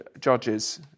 Judges